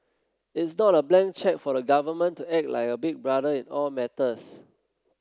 it's not a blank cheque for the government to act like a big brother in all matters